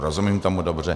Rozumím tomu dobře?